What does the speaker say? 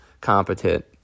competent